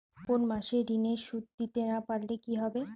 কোন মাস এ ঋণের সুধ দিতে না পারলে কি হবে?